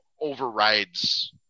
overrides